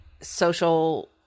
social